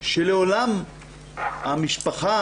שלעולם המשפחה,